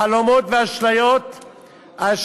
חלומות ואשליות כל